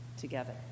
together